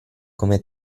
come